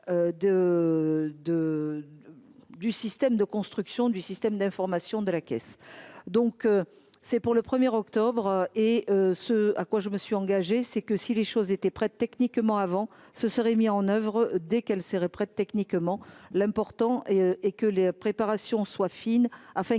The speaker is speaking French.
du système de construction du système d'information de la caisse, donc c'est pour le premier octobre et ce à quoi je me suis engagé, c'est que si les choses étaient prêtes techniquement avant ce serait mis en oeuvre dès qu'elle serait prête, techniquement, l'important est que les préparations soit fine afin qu'il n'y ait pas